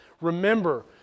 Remember